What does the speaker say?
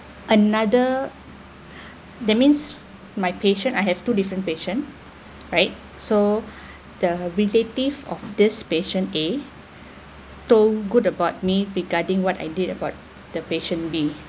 another that means my patient I have two different patient right so the relative of this patient a told good about me regarding what I did about the patient b